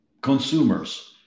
consumers